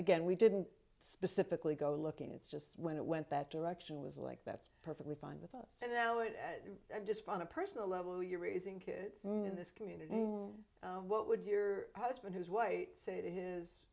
again we didn't specifically go looking it's just when it went that direction was like that's perfectly fine with us and now it just on a personal level you're raising kids in this community what would your husband who is white say to his